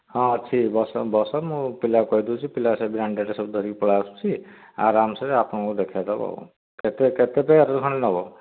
ହଁ ଅଛି ବସ ବସ ମୁଁ ପିଲାକୁ କହି ଦେଉଛି ପିଲା ସେ ବ୍ରାଣ୍ଡ୍ର ସବୁ ଧରିକି ପଳେଇ ଆସୁଛି ଆରମ୍ସେ ଆପଣଙ୍କୁ ଦେଖେଇ ଦେବ ଆଉ କେତେ କେତେ ପେୟାର୍ ଖଣ୍ଡେ ନେବ